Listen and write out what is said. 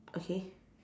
okay